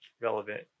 relevant